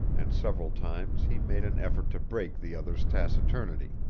and several times he made an effort to break the other's taciturnity.